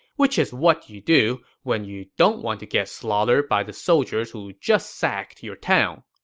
which is what you do when you don't want to get slaughtered by the soldiers who just sacked your town.